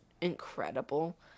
incredible